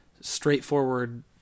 straightforward